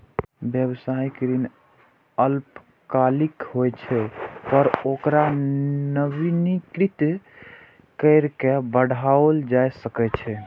व्यावसायिक ऋण अल्पकालिक होइ छै, पर ओकरा नवीनीकृत कैर के बढ़ाओल जा सकै छै